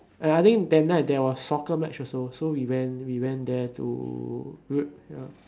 and I think that night there was soccer match also so we went we went there to ya